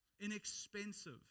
inexpensive